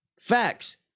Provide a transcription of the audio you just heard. Facts